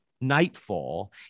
nightfall